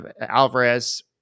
Alvarez